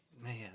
Man